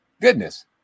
Goodness